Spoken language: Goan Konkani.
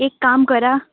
एक काम करा